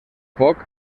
foc